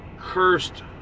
cursed